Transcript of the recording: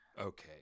okay